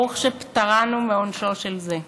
ברוך שפטרנו מעונשו של זה.